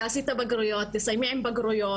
תעשי את הבגרויות ותסיימי עם בגרויות,